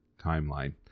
timeline